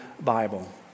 Bible